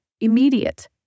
immediate